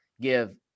give